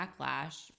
backlash